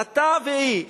אתה והיא,